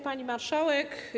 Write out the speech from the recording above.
Pani Marszałek!